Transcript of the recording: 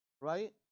right